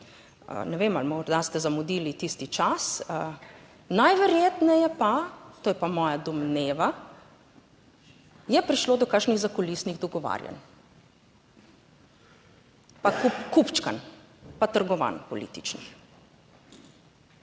Ne vem, ali morda ste zamudili tisti čas, najverjetneje pa, to je pa moja domneva, je prišlo do kakšnih zakulisnih dogovarjanj pa kupčkanj, pa trgovanj političnih.